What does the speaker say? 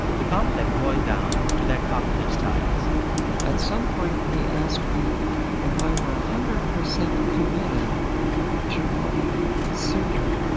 the conflict boiled down to their cognitive styles at some point, he asked me if i were one ah hundred percent committed to wanting surgery.